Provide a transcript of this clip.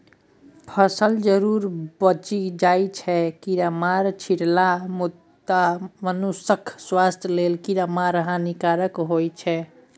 फसल जरुर बचि जाइ छै कीरामार छीटलासँ मुदा मनुखक स्वास्थ्य लेल कीरामार हानिकारक होइ छै